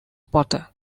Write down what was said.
potter